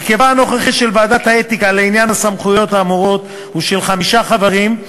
הרכבה הנוכחי של ועדת האתיקה לעניין הסמכויות האמורות הוא חמישה חברים,